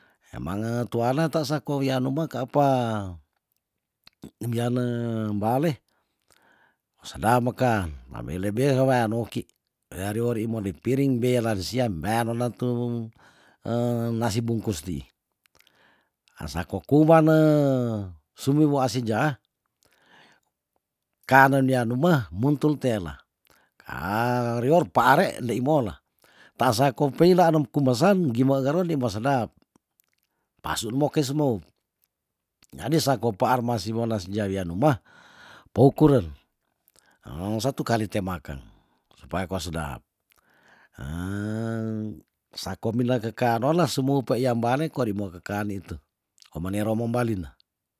Emange tuana taan ta saku wian umah ka apa imi yane wale sedap mekan mame lebe se wayan no oki wea dei wori mo di piring belan siam bea no na tung nasi bungkus ti asa ko ku wane sumiwo asi jaha kanen nia nume muntul tela ka rior paar re ndei mola taa sako peilaan nom kumesan gime gero ndei mo sedap pasu nu mokei semoup jadi sako paar masiwon nasi jaha wian umah pou kuren satu kali te makeng supaya kwa sedap sako mila keka nola sumuup iam bale kori mo kekan nitu komenero moembalina